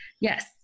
Yes